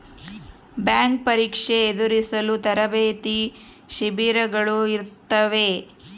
bank ಪರೀಕ್ಷೆ ಎದುರಿಸಲು ತರಬೇತಿ ಶಿಬಿರಗಳು ಇರುತ್ತವೆ